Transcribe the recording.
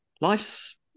life's